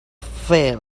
field